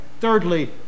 thirdly